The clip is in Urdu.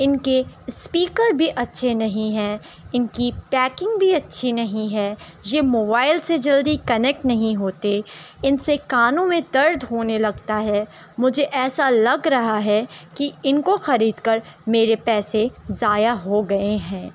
ان کے اسپیکر بھی اچھے نہیں ہیں ان کی پیکنگ بھی اچھی نہیں ہے یہ موبائل سے جلدی کنیکٹ نہیں ہوتے ان سے کانوں میں درد ہونے لگتا ہے مجھے ایسا لگ رہا ہے کہ ان کو خرید کر میرے پیسے ضایع ہو گئے ہیں